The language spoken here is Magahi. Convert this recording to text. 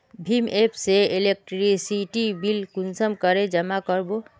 भीम एप से इलेक्ट्रिसिटी बिल कुंसम करे जमा कर बो?